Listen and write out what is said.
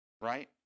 right